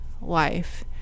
life